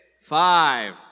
five